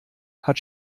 hat